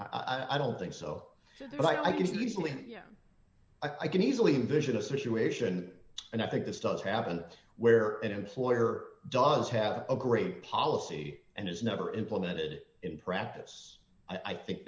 i don't think so but i can easily yeah i can easily vision a situation and i think this does happen where an employer does have a great policy and is never implemented in practice i think